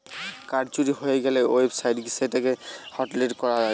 card চুরি হয়ে গ্যালে ওয়েবসাইট গিয়ে সেটা কে হটলিস্ট করা যায়